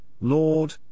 Lord